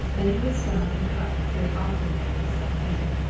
then he would stop and cut, very awkwardly, with his left hand.